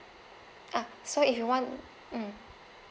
ah so if you want mm